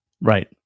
Right